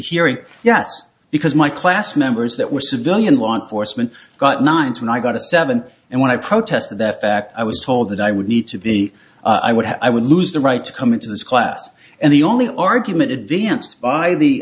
hearing yes because my class members that were civilian law enforcement got nine when i got a seven and when i protested that fact i was told that i would need to be i would have i would lose the right to come into this class and the only argument advanced by the by the